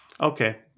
Okay